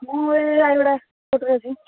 ମୁଁ ଏଇ ରାୟଗଡ଼ା କୋର୍ଟରେ ଅଛି